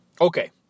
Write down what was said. Okay